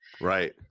Right